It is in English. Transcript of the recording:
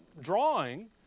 drawing